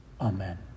Amen